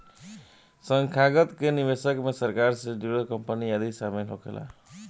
संस्थागत निवेशक मे सरकार से जुड़ल कंपनी आदि शामिल होला